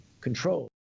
control